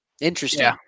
Interesting